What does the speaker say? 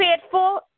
faithful